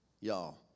y'all